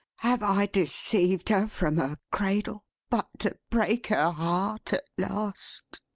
have i deceived her from her cradle, but to break her heart at last!